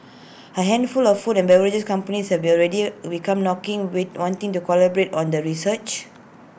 A handful of food and beverage companies have already become knocking wait wanting to collaborate on the research